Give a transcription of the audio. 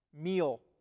meal